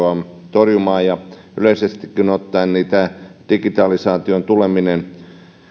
torjumaan ja yleisestikin ottaen jos tämä digitalisaation tuleminen